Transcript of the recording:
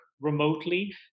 remotely